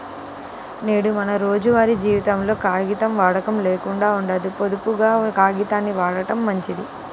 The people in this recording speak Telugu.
నేడు మన రోజువారీ జీవనంలో కాగితం వాడకం లేకుండా ఉండదు, పొదుపుగా కాగితాల్ని వాడటం మంచిది